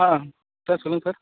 ஆ sir சொல்லுங்கள் sir